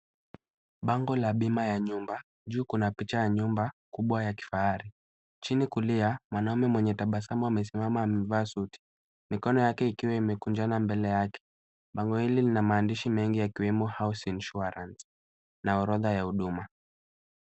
Bango la bima ya nyumba. Juu kuna picha ya nyumba kubwa ya kifahari. Chini kulia mwanaume mwenye tabasamu amesimama amevaa suti, mikono yake ikiwa imekunjana mbele yake. Bando hili lina maandishi mengi ya muhiu house insurance na orodha ya huduma.